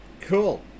cool